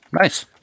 Nice